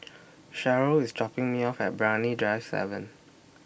Cherryl IS dropping Me off At Brani Drive seven